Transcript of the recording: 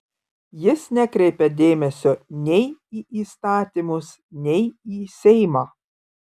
jis nekreipia dėmesio nei į įstatymus nei į seimą